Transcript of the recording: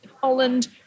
Holland